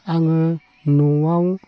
आङो न'आव